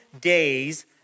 days